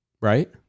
right